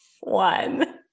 one